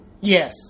Yes